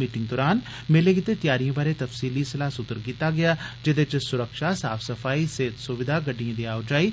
मीटिद्य दौरान मेले गितै त्यारियें बारै तफसीली सलाहसूत्र कीता गेया जिन्दे च स्रक्षा साफ सफाई सेहत सुविधाप गड्डियें दी आओ जाई